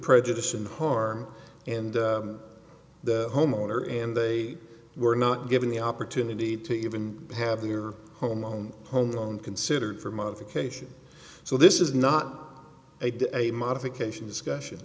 prejudice in harm and the homeowner and they were not given the opportunity to even have your home own homegrown considered for modification so this is not a modification discussion